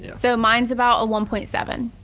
yeah so mine's about a one point seven.